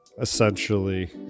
essentially